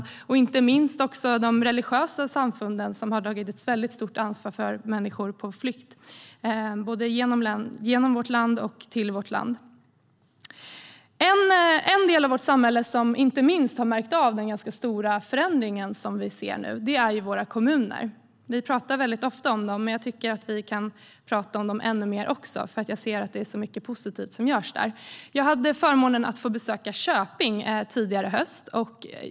Det gäller inte minst också de religiösa samfunden, som har tagit ett stort ansvar för människor på flykt både genom vårt land och till vårt land. En del av vårt samhälle som har märkt av den ganska stora förändring som vi nu ser är våra kommuner. Vi talar ofta om dem, men jag tycker att vi kan tala om dem ännu mer eftersom jag ser att det är så mycket positivt som görs där. Jag hade förmånen att få besöka Köping tidigare i höst.